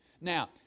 Now